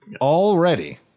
Already